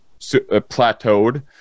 plateaued